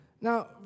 Now